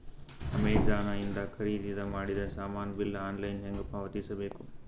Amazon ಇಂದ ಖರೀದಿದ ಮಾಡಿದ ಸಾಮಾನ ಬಿಲ್ ಆನ್ಲೈನ್ ಹೆಂಗ್ ಪಾವತಿಸ ಬೇಕು?